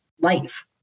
life